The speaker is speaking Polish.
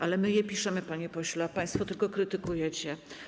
Ale my je piszemy, panie pośle, a państwo tylko krytykujecie.